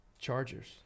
Chargers